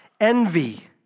envy